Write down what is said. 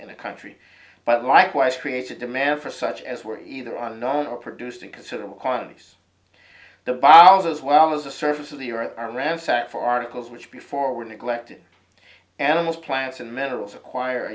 in a country but likewise creates a demand for such as were either on loan or produced in considerable quantities the bottles as well as the surface of the earth around sat for articles which before were neglected animals plants and minerals acquire